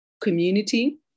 community